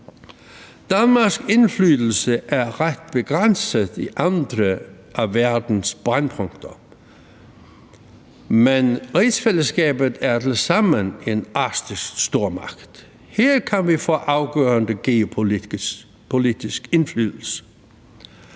Danmarks indflydelse er ret begrænset i andre af verdens brændpunkter, men rigsfællesskabet er tilsammen en arktisk stormagt. Her kan vi få afgørende geopolitisk indflydelse.